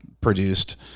produced